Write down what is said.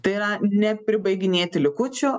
tai yra ne pribaiginėti likučių